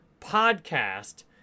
podcast